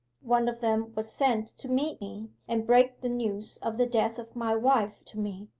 one of them was sent to meet me, and break the news of the death of my wife to me.